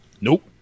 Nope